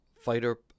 fighter